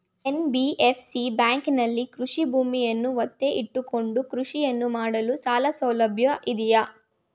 NBFC ಬ್ಯಾಂಕಿನಲ್ಲಿ ಕೃಷಿ ಭೂಮಿಯನ್ನು ಒತ್ತೆ ಇಟ್ಟುಕೊಂಡು ಕೃಷಿಯನ್ನು ಮಾಡಲು ಸಾಲಸೌಲಭ್ಯ ಇದೆಯಾ?